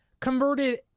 converted